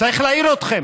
צריך להעיר אתכם.